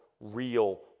real